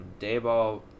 Dayball